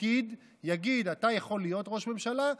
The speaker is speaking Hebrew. שפקיד יגיד: אתה יכול להיות ראש ממשלה,